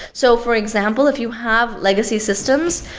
so, for example, if you have legacy systems,